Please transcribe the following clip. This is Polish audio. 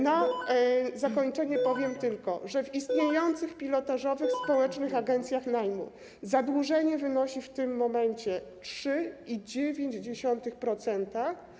Na zakończenie powiem tylko, że w istniejących pilotażowych społecznych agencjach najmu zadłużenie wynosi w tym momencie 3,9%.